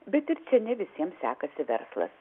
bet ir seniai visiems sekasi verslas